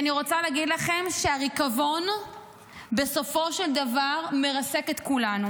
אני רוצה להגיד לכם שהריקבון בסופו של דבר מרסק את כולנו.